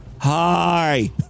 hi